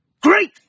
Great